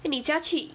eh 你家去